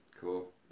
cool